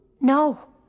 No